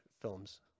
films